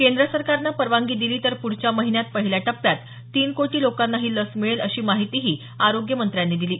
केंद्र सरकारनं परवानगी दिली तर पुढच्या महिन्यात पहिल्या टप्प्यात तीन कोटी लोकांना ही लस मिळेल अशी माहितीही आरोग्यमंत्र्यांनी दिली